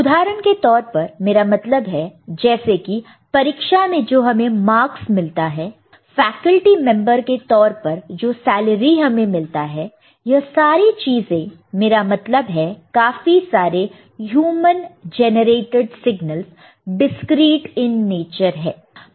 उदाहरण के तौर पर मेरा मतलब है जैसे की परीक्षा में जो हमें मार्क्स मिलता है फैकल्टी मेंबर के तौर पर जो सैलरी हमें मिलता है यह सारी चीजें मेरा मतलब है काफी सारे human generated signals discrete in nature है